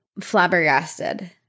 flabbergasted